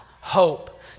hope